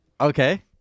Okay